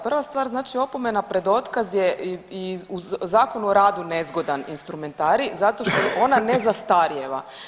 Prva stvar, znači opomena pred otkaz je i u Zakonu o radu nezgodan instrumentarij zato što ona ne zastarijeva.